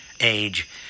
age